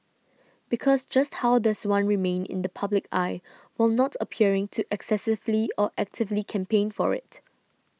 because just how does one remain in the public eye while not appearing to excessively or actively campaign for it